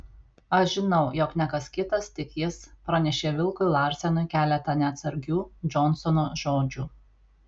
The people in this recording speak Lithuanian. aš žinau jog ne kas kitas tik jis pranešė vilkui larsenui keletą neatsargių džonsono žodžių